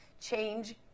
change